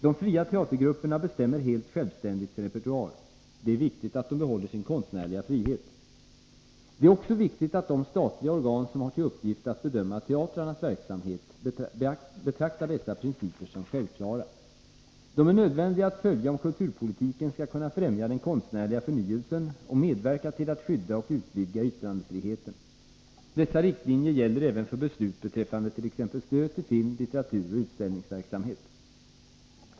De fria teatergrupperna bestämmer helt självständigt sin repertoar. Det är viktigt att de behåller sin konstnärliga frihet. Det är också viktigt att de statliga organ som har till uppgift att bedöma teatrarnas verksamhet betraktar dessa principer som självklara. De är nödvändiga att följa om kulturpolitiken skall kunna främja den konstnärliga förnyelsen och medverka till att skydda och utvidga yttrandefriheten. Dessa riktlinjer gäller även för beslut beträffande t.ex. stöd till film, litteratur och utställningsverksamhet.